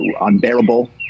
unbearable